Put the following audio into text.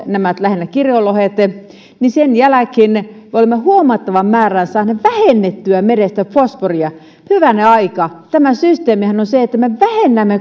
lähinnä kirjolohet niin sen jälkeen me olemme huomattavan määrän saaneet vähennettyä merestä fosforia hyvänen aika systeemihän on sellainen että me vähennämme